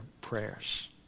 prayers